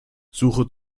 suche